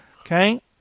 Okay